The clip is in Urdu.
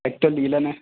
ایک تو لیلن ہے